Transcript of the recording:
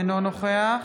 אינו נוכח